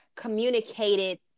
communicated